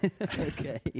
Okay